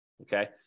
Okay